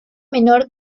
menor